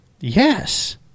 Yes